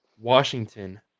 Washington